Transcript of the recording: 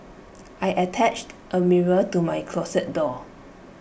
I attached A mirror to my closet door